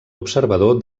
observador